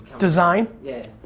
design? yeah.